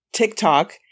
TikTok